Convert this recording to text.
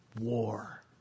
war